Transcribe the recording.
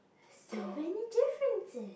so many differences